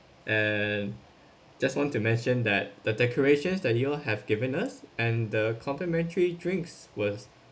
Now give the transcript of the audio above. and just want to mention that the decorations that you all have given us and the complimentary drinks was